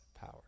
power